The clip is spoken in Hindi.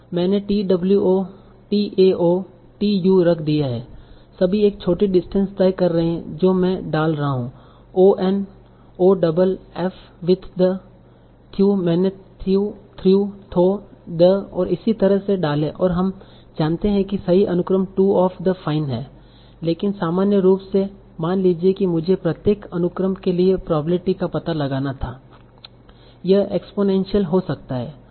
मैंने t W o t a o t u रख दिया है सभी एक छोटी डिस्टेंस तय कर रहे हैं जो मैं डाल रहा हूं o n o double f with the thew मैंने thew threw thaw the और इसी तरह से डाले और हम जानते है की सही अनुक्रम 2 ऑफ द फाइन है लेकिन सामान्य रूप से मान लीजिए कि मुझे प्रत्येक अनुक्रम के लिए प्रोबेब्लिटी का पता लगाना था यह एक्स्पोनेन्सल हो सकता है